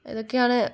ഇതൊക്കെയാണ്